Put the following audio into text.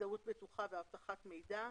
הזדהות בטוחה ואבטחת המידע,